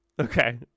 Okay